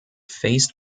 faced